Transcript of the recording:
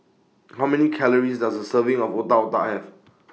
How Many Calories Does A Serving of Otak Otak Have